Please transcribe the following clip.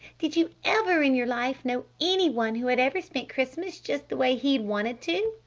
did you ever in your life know any one who had ever spent christmas just the way he wanted to?